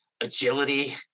agility